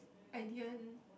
I didn't